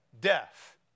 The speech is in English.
Death